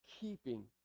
keeping